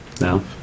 No